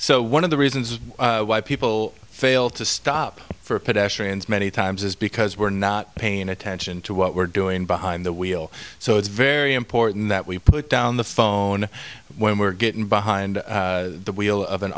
so one of the reasons why people fail to stop for pedestrians many times is because we're not paying attention to what we're doing behind the wheel so it's very important that we put down the phone when we're getting behind the wheel of an